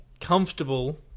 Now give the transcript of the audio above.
comfortable